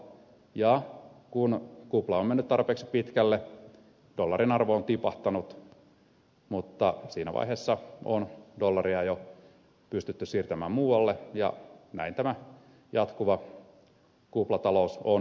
ja kun kupla on mennyt tarpeeksi pitkälle dollarin arvo on tipahtanut mutta siinä vaiheessa on dollaria jo pystytty siirtämään muualle ja näin tämä jatkuva kuplatalous on usasta onnistunut